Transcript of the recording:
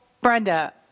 Brenda